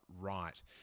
right